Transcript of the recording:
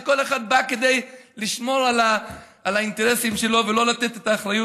שכל אחד בא כדי לשמור על האינטרסים שלו ולא לתת את האחריות.